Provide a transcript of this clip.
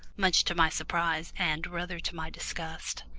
much to my surprise and rather to my disgust.